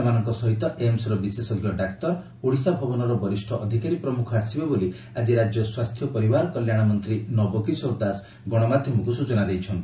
ସେମାନଙ୍କ ସହିତ ଏମ୍ସ୍ର ବିଶେଷ୍କ ଡାକ୍ତର ଓଡ଼ିଶା ଭବନର ବରିଷ୍ ଅଧିକାରୀ ପ୍ରମ୍ରଖ ଆସିବେ ବୋଲି ଆଜି ରାଜ୍ୟ ସ୍ୱାସ୍ଥ୍ୟ ଓ ପରିବାର କଲ୍ୟାଣ ମନ୍ତୀ ନବକିଶୋର ଦାସ ଗଶମାଧ୍ଧମକୁ ସୂଚନା ଦେଇଛନ୍ତି